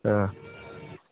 ꯑꯥ